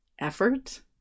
effort